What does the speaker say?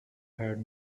had